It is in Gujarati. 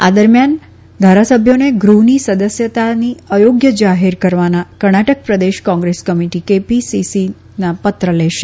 આ દરમ્યાન ધારાસભ્યોને ગૃહની સદસ્યતાથી અયોગ્ય જાહેર કરવાના કર્ણાટક પ્રદેશ કોંગ્રેસ કમિટી કેપીસીસીના પત્ર પર લેશે